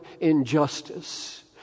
injustice